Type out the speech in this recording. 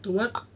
to what